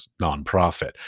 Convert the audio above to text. nonprofit